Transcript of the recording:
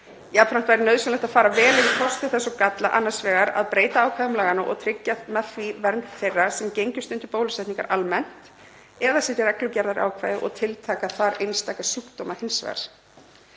Jafnframt væri nauðsynlegt að fara vel yfir kosti þess og galla annars vegar að breyta ákvæðum laganna og tryggja með því vernd þeirra sem gengjust undir bólusetningar almennt eða setja reglugerðarákvæði og tiltaka þar einstaka sjúkdóma hins vegar.